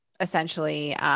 essentially